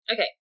Okay